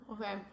okay